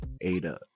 Ada